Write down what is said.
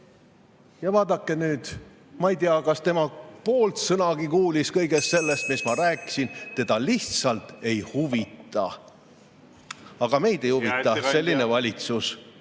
Ja vaadake nüüd! Ma ei tea, kas ta kuulis poolt sõnagi kõigest sellest, millest ma rääkisin. Teda lihtsalt ei huvita. Aga meid ei huvita selline valitsus.